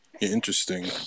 Interesting